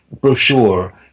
brochure